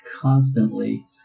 constantly